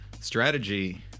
Strategy